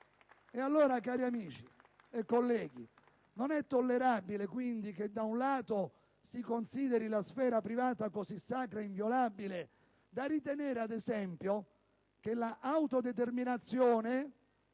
valore. Cari amici e colleghi, non è tollerabile che da un lato si consideri la sfera privata così sacra e inviolabile da ritenere, ad esempio, che l'autodeterminazione debba